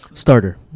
Starter